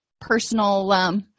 personal